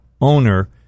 owner